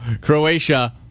Croatia